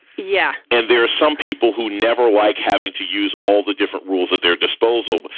yeah. and there are some people who never like having to use all the different rules at their disposal,